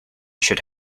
should